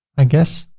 i guess,